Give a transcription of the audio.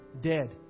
dead